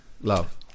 Love